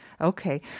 okay